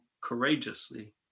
courageously